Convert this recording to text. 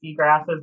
seagrasses